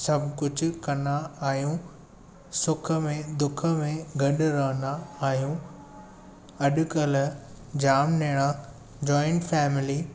सभु कुझु कंदा आहियूं सुख में दुख में गॾु रहंदा आहियूं अॼुकल्ह जाम एहिड़ा जॉइंट फैमिली